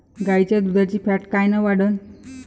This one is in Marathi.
गाईच्या दुधाची फॅट कायन वाढन?